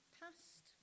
past